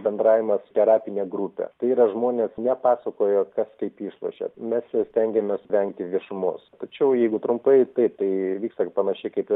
bendravimas terapinė grupė tai yra žmonės nepasakojo kas kaip išlošė mes stengiamės vengti viešumos tačiau jeigu trumpai taip tai vyksta panašiai kaip ir